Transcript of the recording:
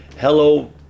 hello